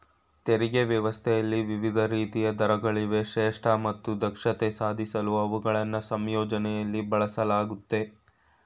ತೆರಿಗೆ ವ್ಯವಸ್ಥೆಯಲ್ಲಿ ವಿವಿಧ ರೀತಿಯ ದರಗಳಿವೆ ಶ್ರೇಷ್ಠ ಮತ್ತು ದಕ್ಷತೆ ಸಾಧಿಸಲು ಅವುಗಳನ್ನ ಸಂಯೋಜನೆಯಲ್ಲಿ ಬಳಸಲಾಗುತ್ತೆ